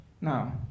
now